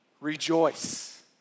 rejoice